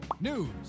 news